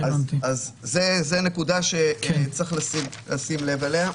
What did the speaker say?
זו נקודה שצריך לשים לב אליה.